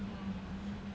hor